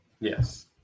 yes